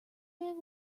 man